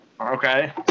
Okay